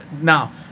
Now